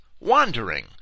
wandering